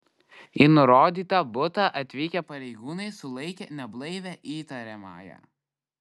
į nurodytą butą atvykę pareigūnai sulaikė neblaivią įtariamąją